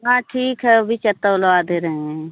हाँ ठीक है ओ भी तौलवा दे रहे हैं